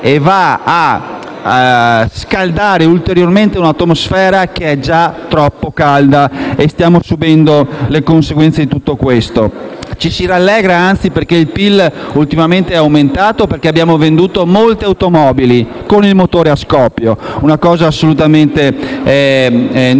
calore, scaldando ulteriormente un'atmosfera che è già troppo calda: stiamo subendo le conseguenze di tutto questo. Invece ci si rallegra, perché il PIL ultimamente è aumentato e abbiamo venduto molte automobili con il motore a scoppio: una cosa assolutamente non